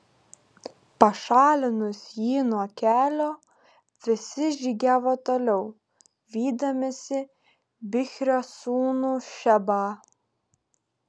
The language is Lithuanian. pašalinus jį nuo kelio visi žygiavo toliau vydamiesi bichrio sūnų šebą